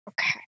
Okay